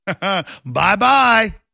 Bye-bye